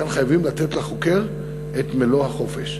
כאן חייבים לתת לחוקר את מלוא החופש.